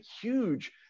huge